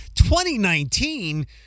2019